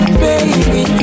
baby